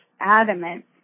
adamant